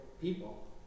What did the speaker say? People